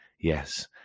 Yes